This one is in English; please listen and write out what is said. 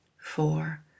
four